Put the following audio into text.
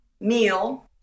meal